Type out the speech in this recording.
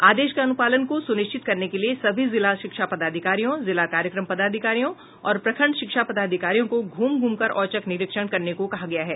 आदेश के अनुपालन को सुनिश्चित करने के लिये सभी जिला शिक्षा पदाधिकारियों जिला कार्यक्रम पदाधिकारियों और प्रखंड शिक्षा पदाधिकारियों को घूम घूम कर औचक निरीक्षण करने को कहा गया है